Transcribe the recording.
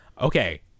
Okay